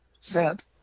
sent